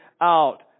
out